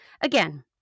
again